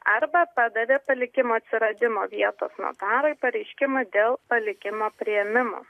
arba padavė palikimo atsiradimo vietos notarui pareiškimą dėl palikimo priėmimo